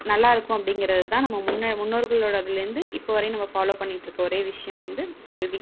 நல்லாருக்கும் அப்படிங்கிறது தான் நம்ம முன்ன முன்னோர்களோடதுலேந்து இப்போ வரையும் நம்ம ஃபாலோ பண்ணிட்டுருக்க ஒரே விஷயம் வந்து கல்வி